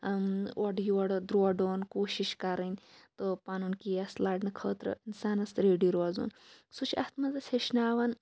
اورٕ یورٕ دورُن کوشِش کَرٕنۍ تہٕ پَنُن کیس لَڑنہٕ خٲطرٕ اِنسانَس ریڈی روزُن سُہ چھُ اَتھ مَنٛز اَسہِ ہیچھناوان